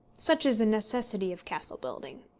such is a necessity of castle-building.